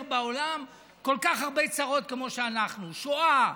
בעולם כל כך הרבה צרות כמו שאנחנו: שואה,